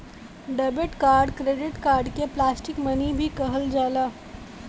debit card credit card के plastic money भी कहल जाला